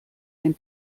den